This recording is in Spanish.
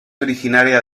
originaria